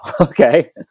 Okay